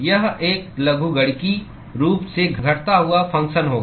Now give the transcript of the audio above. यह एक लघुगणकीय रूप से घटता हुआ फंगक्शन होगा